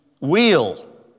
wheel